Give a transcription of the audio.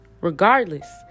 regardless